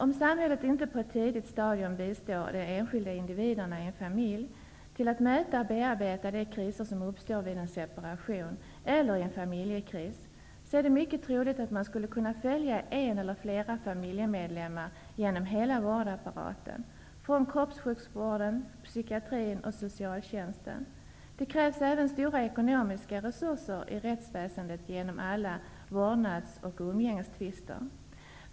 Om samhället inte på ett tidigt stadium bistår de enskilda individerna i en familj och hjälper dem att möta och bearbetar de kriser som uppstår vid en separation eller i en familjkris är det mycket troligt att man skulle kunna följa en eller flera familjemedlemmar genom hela vårdapparaten, från kroppssjukvården till psykiatrin och socialtjänsten. Det krävs även stora ekonomiska resurser i rättsväsendet genom alla vårdnads och umgängestvister.